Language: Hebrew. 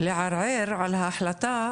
לערער על ההחלטה,